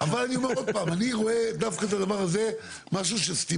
לנסוע עם האוטובוס ועוד שלושת רבעי שנה להיפגש עם התוכנית